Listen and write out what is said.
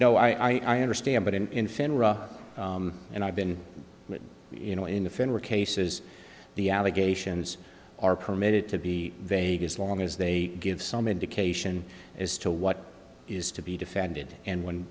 no i understand but in finra and i've been you know in the federal cases the allegations are permitted to be vague as long as they give some indication as to what is to be defended and when